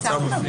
מעצר בפנים.